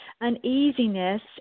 uneasiness